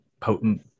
potent